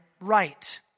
right